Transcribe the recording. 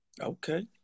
Okay